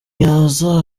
yaza